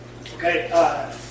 Okay